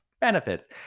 benefits